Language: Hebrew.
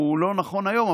הוא לא נכון היום.